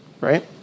right